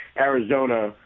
Arizona